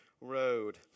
road